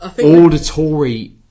Auditory